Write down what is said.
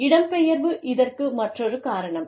இடம்பெயர்வு இதற்கு மற்றொரு காரணம்